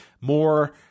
more